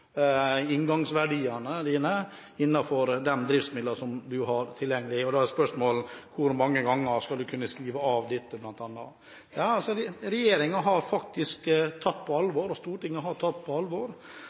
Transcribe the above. inngangsverdiene sine innenfor de driftsmidlene man har tilgjengelig. Da er spørsmålet: Hvor mange ganger skal man kunne skrive av dette? Regjeringen og Stortinget har faktisk tatt på